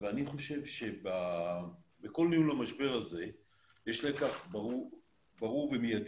אני חושב שבכל ניהול המשבר הזה יש לקח ברור ומיידי,